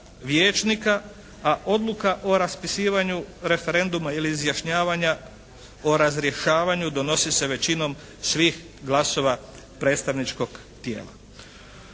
a odluka o raspisivanju referenduma ili izjašnjavanja o razrješavanju donosi se većinom svih glasova predstavničkog tijela.